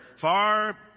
far